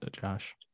josh